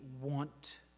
want